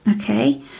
okay